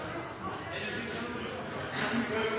Ja, me er